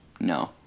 No